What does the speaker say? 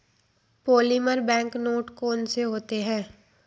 polymer bank note कौन से होते हैं